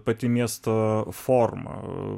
pati miesto formą